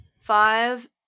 five